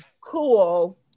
Cool